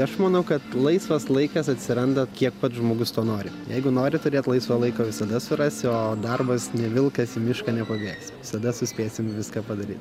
aš manau kad laisvas laikas atsiranda kiek pat žmogus to nori jeigu nori turėt laisvo laiko visada surasi o darbas ne vilkas į mišką nepabėgs visada suspėsim viską padaryt